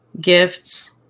gifts